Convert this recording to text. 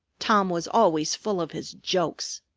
tom was always full of his jokes.